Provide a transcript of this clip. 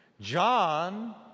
John